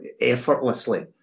effortlessly